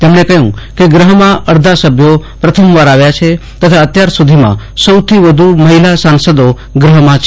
તેમણે કહ્યું કે ગૂહમાં અડધા સભ્યો પ્રથમવાર આવ્યા છે તથા અત્યાર સુધીમાં સૌથી વધુ મહિલા સાંસદો ગૃહમાં છે